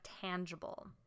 tangible